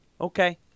Okay